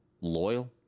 loyal